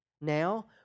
Now